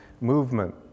movement